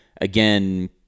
again